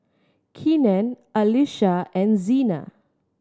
Kenan Alysha and Zena